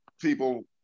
people